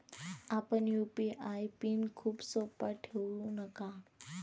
आपला UPI PIN खूप सोपा ठेवू नका